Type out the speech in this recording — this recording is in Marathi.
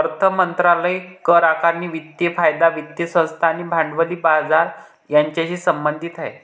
अर्थ मंत्रालय करआकारणी, वित्तीय कायदा, वित्तीय संस्था आणि भांडवली बाजार यांच्याशी संबंधित आहे